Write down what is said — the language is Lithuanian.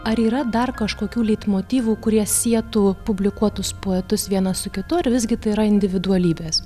ar yra dar kažkokių leitmotyvų kurie sietų publikuotus poetus vienas su kitu ar visgi tai yra individualybės